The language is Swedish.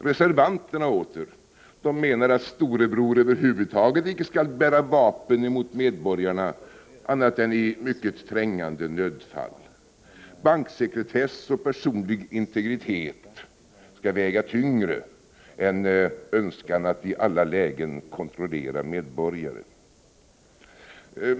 Reservanterna däremot menar att storebror över huvud taget icke skall bära vapen mot medborgarna annat än i mycket trängande nödfall. Banksekretess och personlig integritet skall väga tyngre än önskan att i alla lägen kontrollera medborgare.